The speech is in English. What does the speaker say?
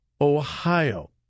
Ohio